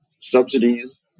subsidies